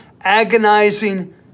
agonizing